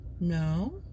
No